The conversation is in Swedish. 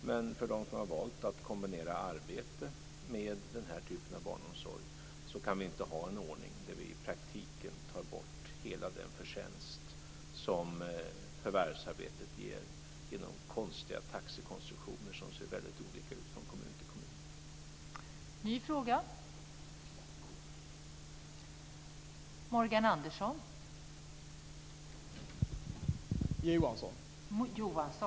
Men för dem som har valt att kombinera arbete med den här typen av barnomsorg kan vi inte ha en ordning där vi i praktiken tar bort hela den förtjänst som förvärvsarbetet ger genom konstiga taxekonstruktioner som ser väldigt olika ut från kommun till kommun.